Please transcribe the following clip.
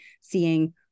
seeing